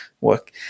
work